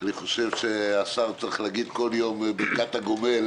אני חושב שהשר צריך להגיד כל יום ברכת הגומל